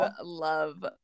love